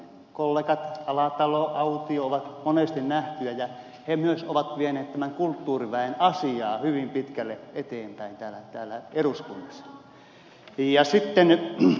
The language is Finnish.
kollegat alatalo autio ovat monesti nähtyjä ja he myös ovat vieneet tämän kulttuuriväen asiaa hyvin pitkälle eteenpäin täällä eduskunnassa